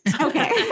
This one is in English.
okay